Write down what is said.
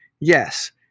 Yes